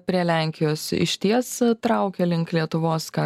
prie lenkijos išties traukia link lietuvos ką